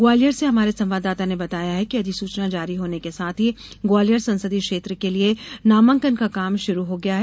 ग्वालियर से हमारे संवाददाता ने बताया है कि अधिसूचना जारी होने के साथ ही ग्वालियर संसदीय क्षेत्र के लिए नामांकन का काम शुरू हो गया है